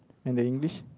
and the English